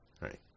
right